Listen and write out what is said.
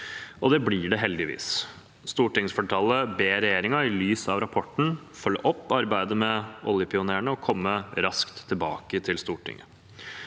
og det blir det heldigvis. Stortingsflertallet ber regjeringen, i lys av rapporten, følge opp arbeidet med oljepionerene og komme raskt tilbake til Stortinget.